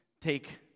take